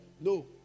No